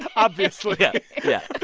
obviously yeah, yeah.